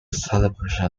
celebrations